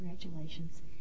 congratulations